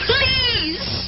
Please